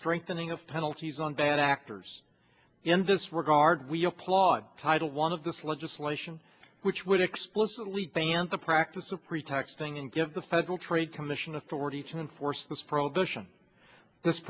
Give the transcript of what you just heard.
strengthening of penalties on bad actors in this regard we applaud title one of this legislation which would explicitly ban the practice of pretexting and give the federal trade commission authority to enforce this prohibition this